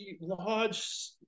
large